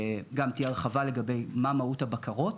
גם תהיה הרחבה לגבי מה מהות הבקרות,